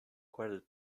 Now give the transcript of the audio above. credit